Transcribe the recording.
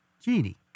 genie